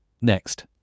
Next